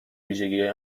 ویژگیهای